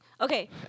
Okay